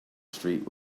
street